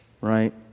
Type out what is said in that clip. right